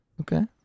Okay